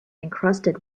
encrusted